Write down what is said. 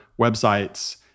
websites